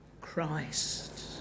Christ